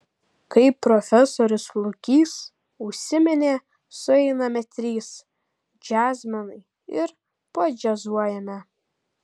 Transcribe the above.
kaip profesorius lukys užsiminė sueiname trys džiazmenai ir padžiazuojame